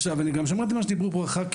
עכשיו אני גם שמעתי מה שדיברו פה ח"כים